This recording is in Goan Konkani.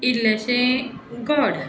इल्लेशें गोड